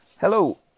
Hello